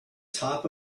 top